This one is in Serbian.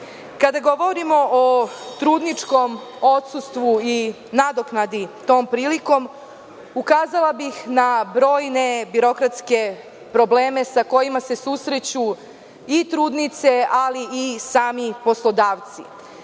govorimo o trudničkom odsustvu i nadoknadi tom prilikom, ukazala bih na brojne birokratske probleme sa kojima se susreću i trudnice, ali i sami poslodavci.